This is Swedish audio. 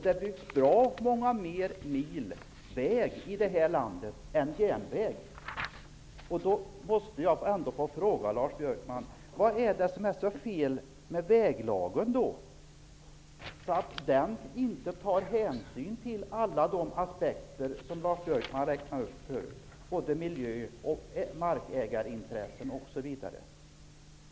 Det finns i dag många fler mil väg i detta land än järnväg. Jag måste ändå få fråga Lars Björkman: Vad är det som är så fel med väglagen? Han säger att den inte tar hänsyn till alla de aspekter som han förut räknade upp -- miljö och markägarintressen, osv.